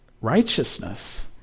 righteousness